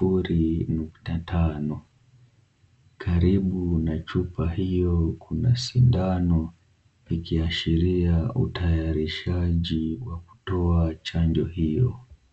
0.5, karibu na chupa hiyo kuna sindano ikiashiria utayarishaji wakutoa chanjo hiyo.